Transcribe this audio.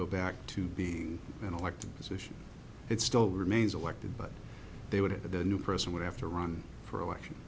go back to being an elected position it still remains elected but they would have the new person would have to run for election